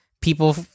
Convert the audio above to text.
people